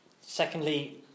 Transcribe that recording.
Secondly